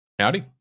Howdy